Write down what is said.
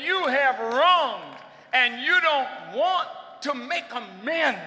you have are wrong and you don't want to make a man